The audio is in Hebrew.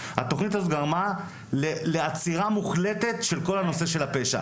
התוכנית הזו גרמה לעצירה מוחלטת של כל הנושא של הפשע,